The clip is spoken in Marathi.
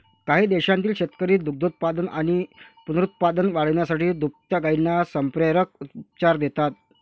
काही देशांतील शेतकरी दुग्धोत्पादन आणि पुनरुत्पादन वाढवण्यासाठी दुभत्या गायींना संप्रेरक उपचार देतात